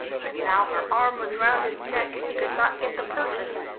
but now her arm was round his neck, and he could not get the purchase.